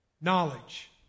knowledge